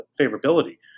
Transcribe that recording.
favorability